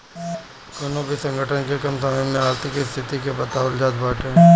कवनो भी संगठन के कम समय में आर्थिक स्थिति के बतावल जात बाटे